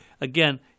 again